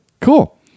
Cool